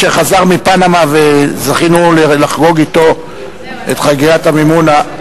אשר חזר מפנמה וזכינו לחגוג אתו את חגיגת המימונה,